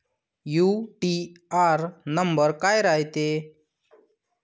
UTR number काय रायते?